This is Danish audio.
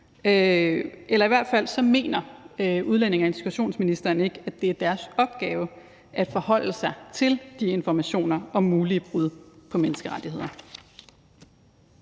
eller i hvert fald mener udlændinge- og integrationsministeren ikke, at det er deres opgave at forholde sig til de informationer om mulige brud på menneskerettighederne.